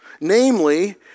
Namely